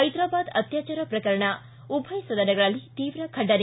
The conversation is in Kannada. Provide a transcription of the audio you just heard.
ಹೈದ್ರಾರಾಬ್ ಅತ್ಯಚಾರ ಪ್ರಕರಣ ಉಭಯ ಸದನಗಳಲ್ಲಿ ತೀವ್ರ ಖಂಡನೆ